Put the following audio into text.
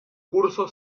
curso